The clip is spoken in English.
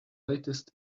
latest